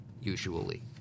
usually